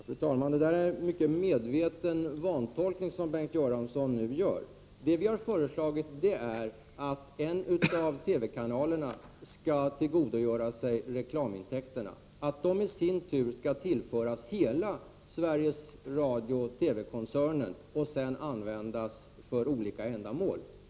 Fru talman! Det är en mycket medveten vantolkning som Bengt Göransson nu gör. Vad vi har föreslagit är att en av TV-kanalerna skall tillgodogöra sig reklamintäkterna, att de i sin tur skall tillföras hela Sveriges Radio TV-koncernen och sedan användas för olika ändamål.